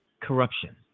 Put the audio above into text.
corruption